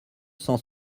cent